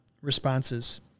responses